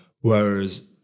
whereas